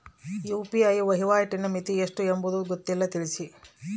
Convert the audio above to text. UPI ವಹಿವಾಟಿನ ಮಿತಿ ಎಷ್ಟು ಎಂಬುದು ಗೊತ್ತಿಲ್ಲ? ತಿಳಿಸಿ?